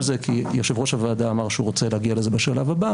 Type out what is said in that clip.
זה כי יושב-ראש הוועדה אמר שהוא רוצה להגיע לזה בשלב הבא